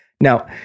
Now